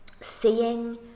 Seeing